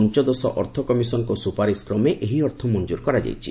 ପଞ୍ଚଦଶ ଅର୍ଥ କମିଶନଙ୍କ ସୁପାରିଶ କ୍ରମେ ଏହି ଅର୍ଥ ମଞ୍ଜୁର କରାଯାଇଛି